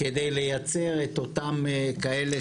כדי לייצר את אותם כאלה